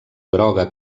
groga